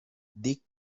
dic